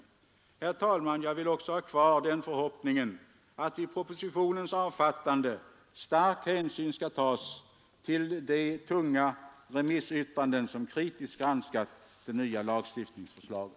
Herr talman! Jag vill också ha kvar den förhoppningen att vid propositionens avfattande stark hänsyn skall tas till de många tunga remissyttranden som kritiskt granskat det nya lagstiftningsförslaget.